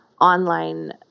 online